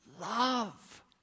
love